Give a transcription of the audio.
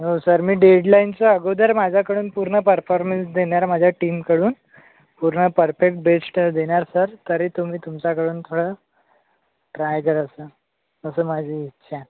हो सर मी डेडलाइनच्या अगोदर माझ्याकडून पूर्ण परफॉर्मेंस देणार माझ्या टीमकडून पूर्ण परफेक्ट बेस्ट देणार सर तरी तुम्ही तुमच्याकडून थोडं ट्राय करा स असं माझी इच्छा आहे